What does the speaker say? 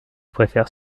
préfère